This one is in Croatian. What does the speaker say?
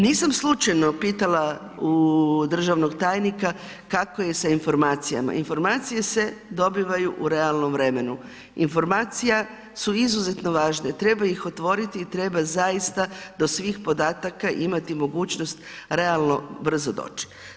Nisam slučajno pitala državnog tajnika kako je sa informacijama, informacije se dobivaju u realnom vremenu, informacije su izuzetno važne, treba ih otvoriti i treba zaista do svih podataka imati mogućnost realno brzo doći.